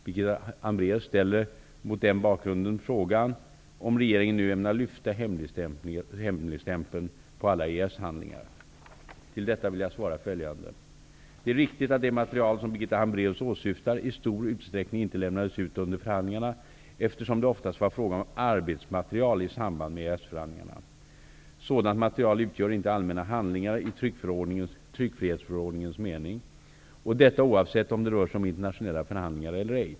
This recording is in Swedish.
Birgitta Hambraeus ställer mot den bakgrunden frågan om regeringen nu ämnar lyfta hemligstämpeln på alla På detta vill jag svara följande. Det är riktigt att det material som Birgitta Hambraeus åsyftar i stor utsträckning inte lämnades ut under förhandlingarna eftersom det oftast var fråga om arbetsmaterial i samband med EES förhandlingarna. Sådant material utgör inte allmänna handlingar i tryckfrihetsförordningens mening -- och detta oavsett om det rör sig om internationella förhandlingar eller ej.